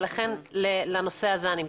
ולכן לנושא הזה אני מתייחסת.